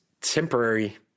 temporary